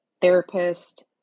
therapist